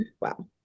Wow